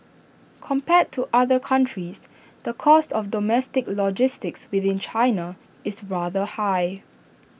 compared to other countries the cost of domestic logistics within China is rather high